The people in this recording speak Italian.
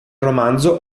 romanzo